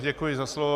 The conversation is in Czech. Děkuji za slovo.